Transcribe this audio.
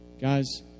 Guys